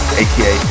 aka